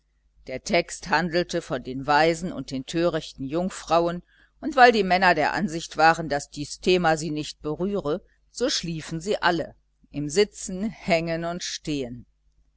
der text handelte von den weisen und den törichten jungfrauen und weil die männer der ansicht waren daß dies thema sie nicht berühre so schliefen sie alle im sitzen hängen und stehen